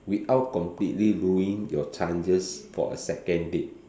without completely ruining your chances for a second date